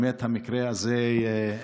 באמת המקרה הזה,